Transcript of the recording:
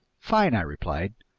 fine, i replied,